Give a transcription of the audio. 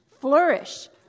flourish